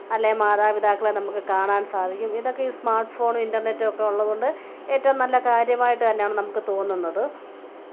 അല്ലേ മാതാപിതാക്കളെ നമുക്ക് കാണാൻ സാധിക്കും ഇതൊക്കെ ഇ സ്മാർട്ട് ഫോൺ ഇൻ്റെർനെറ്റ് ഒക്കെ ഉള്ളതുകൊണ്ട് ഏറ്റവും നല്ല കാര്യമായിട്ട് തന്നാണ് നമുക്ക് തോന്നുന്നത്